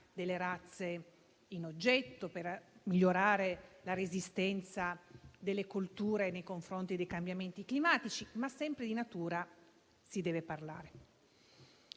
delle razze in oggetto, per migliorare la resistenza delle colture nei confronti dei cambiamenti climatici, ma che sempre di natura si deve parlare.